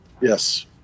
yes